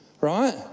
right